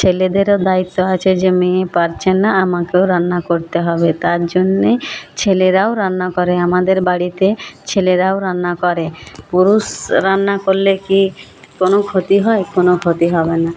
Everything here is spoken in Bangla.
ছেলেদেরও দায়িত্ব আছে যে মেয়ে পারছে না আমাকেও রান্না করতে হবে তার জন্যে ছেলেরাও রান্না করে আমাদের বাড়িতে ছেলেরাও রান্না করে পুরুষ রান্না করলে কি কোনো ক্ষতি হয় কোনো ক্ষতি হবে না